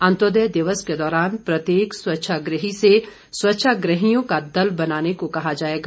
अन्त्योदय दिवस के दौरान प्रत्येक स्वच्छाग्रही से स्वच्छाग्रहियों का दल बनाने को कहा जाएगा